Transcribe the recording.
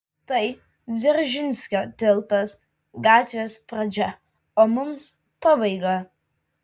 tai dzeržinskio tiltas gatvės pradžia o mums pabaiga